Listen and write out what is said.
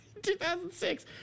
2006